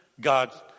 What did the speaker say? God